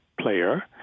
player